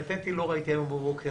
את אתי לא ראיתי היום בבוקר.